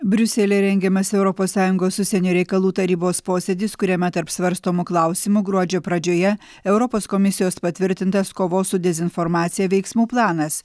briuselyje rengiamas europos sąjungos užsienio reikalų tarybos posėdis kuriame tarp svarstomų klausimų gruodžio pradžioje europos komisijos patvirtintas kovos su dezinformacija veiksmų planas